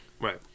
right